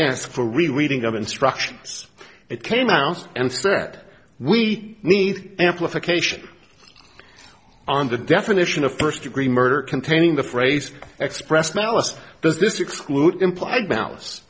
real reading of instructions it came out and said we need amplification on the definition of first degree murder containing the phrase expressed malice does this exclude implied m